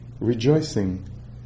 rejoicing